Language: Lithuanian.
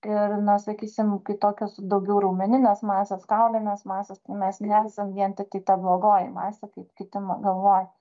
ir na sakysim kai tokios daugiau raumeninės masės kaulinės masės mes nesam vien tiktai ta blogoji masė kaip kiti ma galvoja